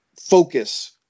focus